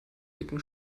dicken